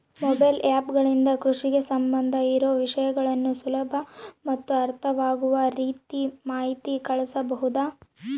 Mobile app ಗಳಿಂದ ಕೃಷಿಗೆ ಸಂಬಂಧ ಇರೊ ವಿಷಯಗಳನ್ನು ಸುಲಭ ಮತ್ತು ಅರ್ಥವಾಗುವ ರೇತಿ ಮಾಹಿತಿ ಕಳಿಸಬಹುದಾ?